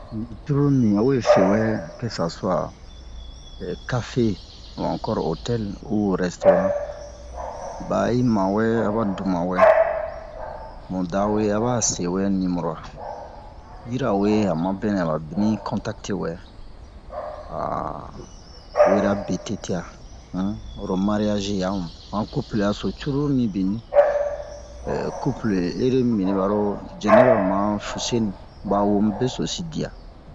Ni curulu mibin a we fewɛ ke-sa-su'a kafe u ankor otɛl u rɛstoran ba yi ma wɛ aba du ma wɛ mu da we aba se wɛ niboro'a yirawe a ma bɛnɛ aba bini i kontakte wɛ a wera be tete'a oro mariyazi yamu han kuplera so cruru mibin kuple ere mimini baro jɛnɛba ma fuseni ba wo mu besosi diya